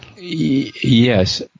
Yes